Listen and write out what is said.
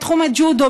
בתחום הג'ודו,